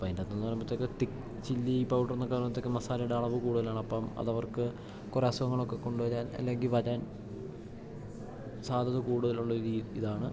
ഇപ്പം അതിൻ്റെ അകത്തെന്നു പറയുമ്പത്തേക്ക് തിക്ക് ചില്ലി പൗഡർന്നൊക്ക പറയുമ്പത്തേക്ക് മസാലയുടെ അളവ് കൂട്തലാണപ്പം അതവർക്ക് കുറെ അസുഖങ്ങളൊക്ക കൊണ്ട് വരാൻ അല്ലെങ്കിൽ വരാൻ സാധ്യത കൂടുതൽ ഉള്ളൊരു ഇതാണ്